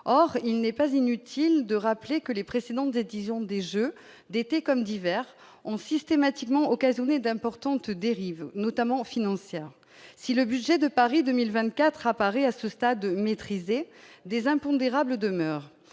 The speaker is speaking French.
or il n'est pas inutile de rappeler que les précédentes décisions des Jeux d'été comme d'hiver ont systématiquement occasionné d'importantes dérives, notamment financières, si le budget de Paris 2000 24 à Paris, à ce stade, maîtriser des impondérables demeure,